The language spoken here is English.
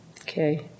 Okay